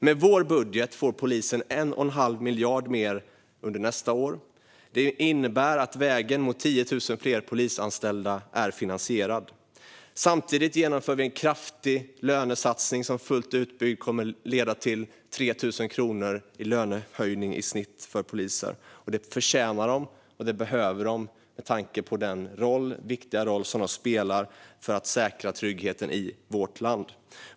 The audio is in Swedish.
Med vår budget får polisen 1 1⁄2 miljard mer under nästa år. Det innebär att vägen mot 10 000 fler polisanställda är finansierad. Samtidigt genomför vi en kraftig lönesatsning som fullt utbyggd kommer att leda till 3 000 kronor i lönehöjning i snitt för poliser. Det förtjänar de, och det behöver de med tanke på den viktiga roll som de spelar för att säkra tryggheten i vårt land.